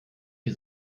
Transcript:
die